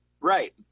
Right